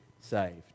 saved